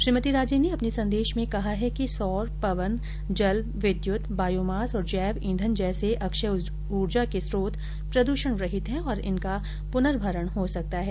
श्रीमती राजे ने अपने संदेश में कहा है कि सौर पवन जल विद्यत बायोमास और जैव ईंधन जैसे अक्षय ऊर्जा के स्रोत प्रदूषण रहित हैं और इनका पुनर्भरण हो सकता है